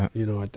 you know,